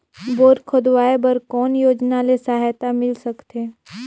Bore खोदवाय बर कौन योजना ले सहायता मिल सकथे?